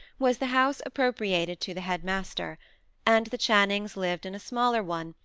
was the house appropriated to the headmaster and the channings lived in a smaller one,